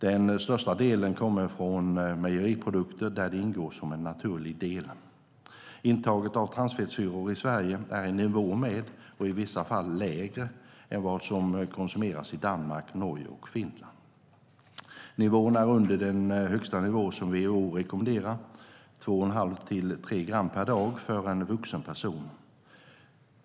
Den största delen kommer från mejeriprodukter där de ingår som en naturlig del. Intaget av transfettsyror i Sverige är i nivå med och i vissa fall lägre än vad som konsumeras i Danmark, Norge och Finland. Nivån är under den högsta nivå som WHO rekommenderar - 2,5-3 gram per dag för en vuxen person.